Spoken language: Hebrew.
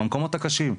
מהמקומות הקשים,